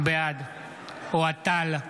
בעד אוהד טל,